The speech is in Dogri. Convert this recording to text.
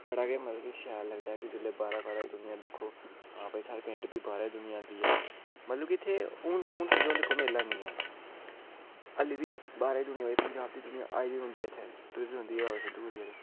बड़ा गै मतलब शैल लगदा जिसलै बाह्रा बाह्रा दी दुनियां दिक्खो आं भई साढ़े पिंड बी बाह्रे दी दुनियां औंदी ऐ मतलब कि हून समझो इत्थै मेला ऐ निं ऐ ऐल्ली बी बाह्र दी दुनियां आई दी होंदी इत्थै टूरी दी होंदी ऐ बाबा सिद्ध गौरिये दे